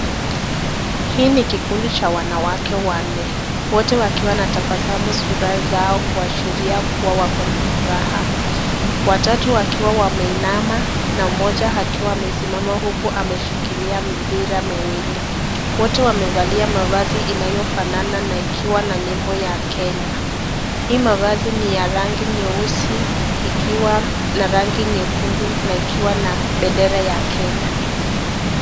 Hii ni kikundi cha wanawake wanne. Wote wakiwa na tabasamu sura zao kuashiria kuwa wako na furaha. Watatu wakiwa wameinama na mmoja akiwa amesimama huku ameshikilia mipira miwili. Wote wamevalia mavazi inayofanana na ikiwa na nembo ya Kenya. Hii mavazi ni ya rangi nyeusi ikiwa na rangi nyekundu na ikiwa na bendera ya Kenya.